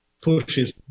pushes